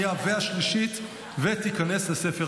בעד, 14, אין נגד, אין נמנעים.